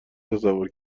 تصور